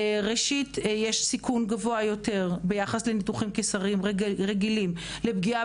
ראשית יש סיכון גבוה יותר ביחד לניתוחים קיסריים רגילים לפגיעה